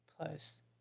plus